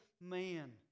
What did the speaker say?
man